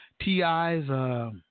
T.I.'s